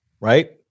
right